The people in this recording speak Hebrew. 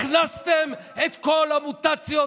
הכנסתם את כל המוטציות.